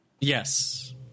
Yes